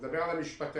ואני מדבר על המשפטנים.